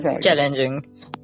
Challenging